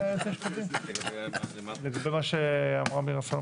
הדברים נאמרים פה במפורש,